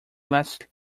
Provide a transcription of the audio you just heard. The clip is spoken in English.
last